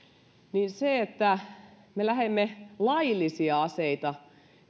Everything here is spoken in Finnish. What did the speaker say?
sillä että me lähdemme laillisia aseita